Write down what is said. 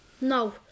No